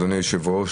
אדוני היושב-ראש,